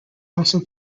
also